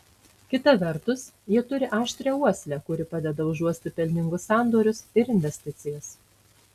kita vertus jie turi aštrią uoslę kuri padeda užuosti pelningus sandorius ar investicijas